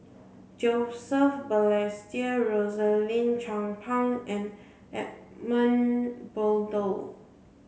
Joseph Balestier Rosaline Chan Pang and Edmund Blundell